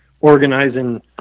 organizing